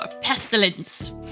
pestilence